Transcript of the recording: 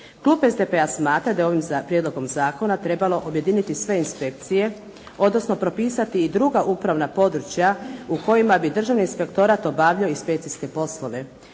Klub SDP-a smatra da je ovim prijedlogom zakona trebalo objediniti sve inspekcije odnosno propisati i druga upravna područja u kojima bi Državni inspektorat obavljao inspekcijske poslove,